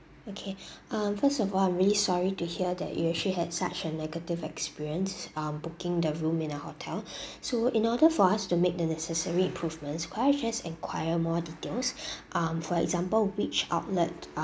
okay um first of all I'm really sorry to hear that you actually had such a negative experience um booking the room in our hotel so in order for us to make the necessary improvements could I just enquire more details um for example which outlet